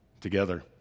together